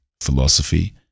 philosophy